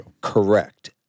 Correct